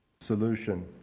solution